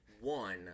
one